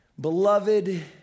Beloved